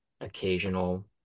occasional